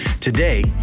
Today